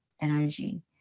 energy